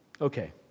Okay